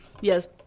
Yes